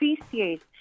appreciate